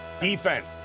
Defense